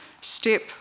step